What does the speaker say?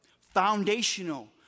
Foundational